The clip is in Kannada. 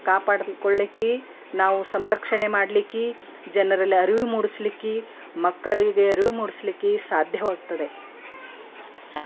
ಕಾಪಾಡಿಕೊಳ್ಳಿಕ್ಕೆ ನಾವು ಸಂರಕ್ಷಣೆ ಮಾಡ್ಲಿಕ್ಕೆ ಜನರಲ್ಲಿ ಅರಿವು ಮೂಡಿಸ್ಲಿಕ್ಕೆ ಮಕ್ಕಳಿಗೆ ಅರಿವು ಮೂಡಿಸ್ಲಿಕ್ಕೆ ಸಾಧ್ಯವಾಗ್ತದೆ ಸಾಕು